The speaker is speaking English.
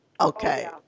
Okay